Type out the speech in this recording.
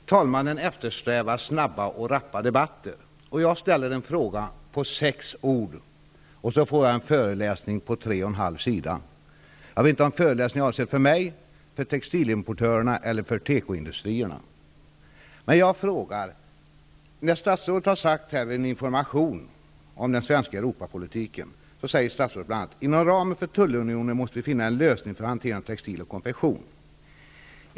Fru talman! Talmannen eftersträvar snabba och rappa debatter. Jag ställde en fråga som består av sex ord och får en föreläsning på tre och en halv sida. Jag vet inte om föreläsningen är avsedd för mig, för textilimportörerna eller för tekoindustrierna. Statsrådet har vid en information här i kammaren om den svenska Europapolitiken sagt bl.a.följande: Inom ramen för tullunionen måste vi finna en lösning för hanterandet av textil och konfektion.